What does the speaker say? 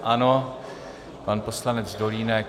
Ano, pan poslanec Dolínek.